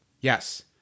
Yes